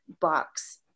box